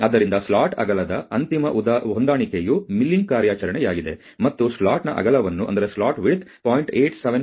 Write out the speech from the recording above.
ಆದ್ದರಿಂದ ಸ್ಲಾಟ್ ಅಗಲದ ಅಂತಿಮ ಹೊಂದಾಣಿಕೆಯು ಮಿಲ್ಲಿಂಗ್ ಕಾರ್ಯಾಚರಣೆಯಾಗಿದೆ ಮತ್ತು ಸ್ಲಾಟ್ನ ಅಗಲವನ್ನು 0